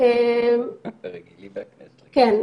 לכן,